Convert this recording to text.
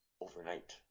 overnight